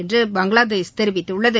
என்று பங்களாதேஷ் தெரிவித்துள்ளது